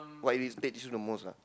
what irritates you the most lah